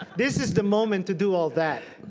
this is the moment to do all that.